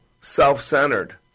self-centered